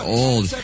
old